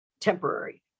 temporary